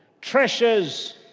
Treasures